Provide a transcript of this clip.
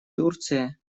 турция